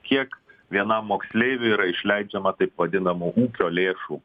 kiek vienam moksleiviui yra išleidžiama taip vadinamų ūkio lėšų